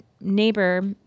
neighbor